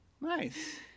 Nice